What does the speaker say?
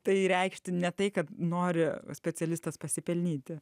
tai reikšti ne tai kad nori specialistas pasipelnyti